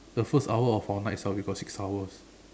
the first hour of our night ah we got six hours